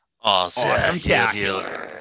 Awesome